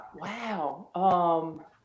wow